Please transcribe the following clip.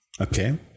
Okay